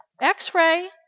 X-Ray